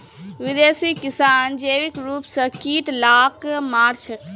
विदेशी किसान जैविक रूप स कीट लाक मार छेक